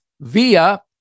via